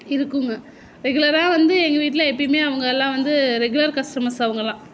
இருக்குங்க ரெகுலராக வந்து எங்கள் வீட்டில் எப்பவுமே அவங்கலாம் வந்து ரெகுலர் கஸ்டமர்ஸ் அவங்கலாம்